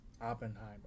Oppenheimer